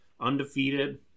undefeated